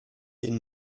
den